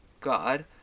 God